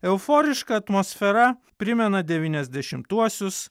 euforiška atmosfera primena devyniasdešimtuosius